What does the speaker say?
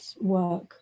work